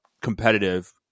competitive